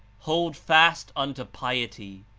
hold fast unto piety!